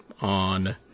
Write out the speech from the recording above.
on